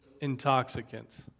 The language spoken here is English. intoxicants